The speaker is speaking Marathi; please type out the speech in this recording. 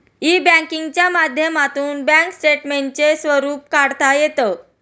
ई बँकिंगच्या माध्यमातून बँक स्टेटमेंटचे स्वरूप काढता येतं